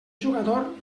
jugador